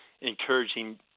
encouraging